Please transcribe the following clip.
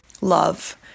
love